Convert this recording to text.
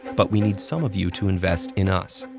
but we need some of you to invest in us.